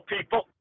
people